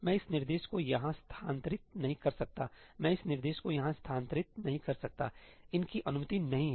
मैं इस निर्देश को यहाँ स्थानांतरित नहीं कर सकता मैं इस निर्देश को यहाँ स्थानांतरित नहीं कर सकता इनकी अनुमति नहीं है